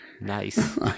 Nice